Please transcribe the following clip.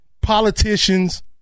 politicians